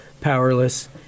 powerless